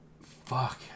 Fuck